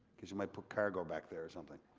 cause you might put cargo back there or something.